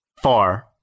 far